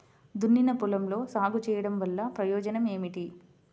దున్నిన పొలంలో సాగు చేయడం వల్ల ప్రయోజనం ఏమిటి?